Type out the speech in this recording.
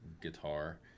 guitar